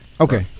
Okay